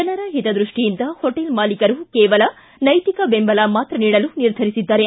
ಜನರ ಹಿತದೃಷ್ಟಿಯಿಂದ ಹೊಟೇಲ್ ಮಾಲೀಕರೂ ಕೇವಲ ನೈತಿಕ ಬೆಂಬಲ ಮಾತ್ರ ನೀಡಲು ನಿರ್ಧರಿಸಿದ್ದಾರೆ